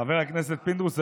חבר הכנסת פינדרוס,